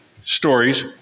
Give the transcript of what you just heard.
stories